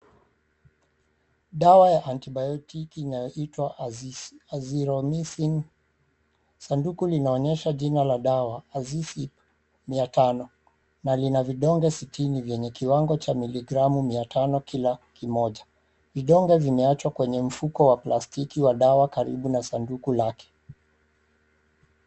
Dawa ya anti biotiki inayoitwa Azithromycin. Sanduku linaonyesha jina la dawa Azicip mia tano na lina vidonge sitini vyenye kiwango cha gramu mia tano kila kimoja. Vidonge vimeachwa kwenye mfuko wa plastiki karibu na saduku lake.